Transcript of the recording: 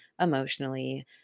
emotionally